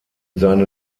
seinen